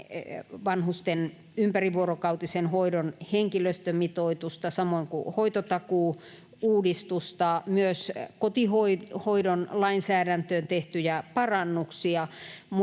vanhusten ympärivuorokautisen hoidon henkilöstömitoitusta samoin kuin hoitotakuu-uudistusta ja myös kotihoidon lainsäädäntöön tehtyjä parannuksia,